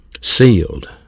Sealed